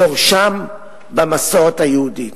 שורשן במסורת היהודית.